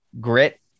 grit